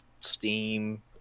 Steam